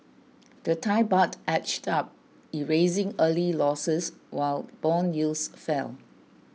the Thai Baht edged up erasing early losses while bond yields fell